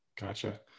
Gotcha